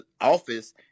office